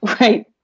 Right